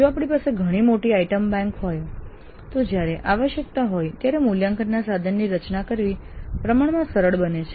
જો આપણી પાસે ઘણી મોટી આઇટમ બેંક હોય તો જ્યારે આવશ્યકતા હોય ત્યારે મૂલ્યાંકન સાધનની રચના કરવી પ્રમાણમાં સરળ બને છે